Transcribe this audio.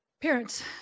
parents